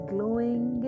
Glowing